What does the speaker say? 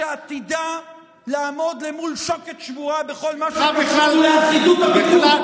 שעתידה לעמוד למול שוקת שבורה בכל מה שקשור לאחידות הפיקוד.